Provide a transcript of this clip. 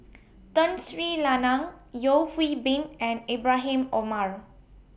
Tun Sri Lanang Yeo Hwee Bin and Ibrahim Omar